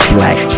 Black